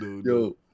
Yo